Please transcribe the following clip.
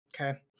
okay